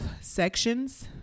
sections